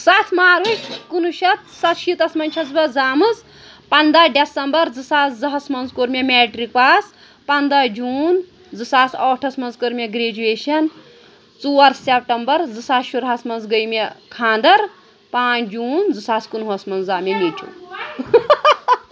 سَتھ مارٕچ کُنہٕ وُہ شَتھ سَتہٕ شیٖتَس منٛز چھَس بہٕ زامٕژ پنٛداہ ڈٮ۪سَمبَر زٕ ساس زٕ ہَس منٛز کۆر مےٚ میٹِرٛک پاس پنٛداہ جوٗن زٕ ساس ٲٹھَس منٛز کٔر مےٚ گریجویشَن ژور سؠپٹَمبَر زٕ ساس شُر ہَس منٛز گٔے مےٚ خاندَر پانٛژھ جوٗن زٕ ساس کُنہٕ وُہَس منٛز زاو مےٚ نیٚچُو